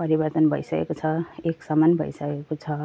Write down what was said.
परिवर्तन भइसकेको छ एक समान भइसकेको छ